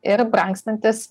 ir brangstantis